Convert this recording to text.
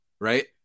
right